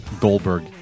Goldberg